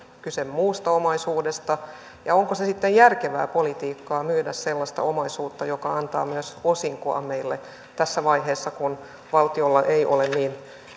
kyse muusta omaisuudesta ja onko se sitten järkevää politiikkaa myydä sellaista omaisuutta joka antaa myös osinkoa meille tässä vaiheessa kun valtiolla ei ole niin